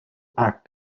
act